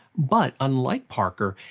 but, unlike parker,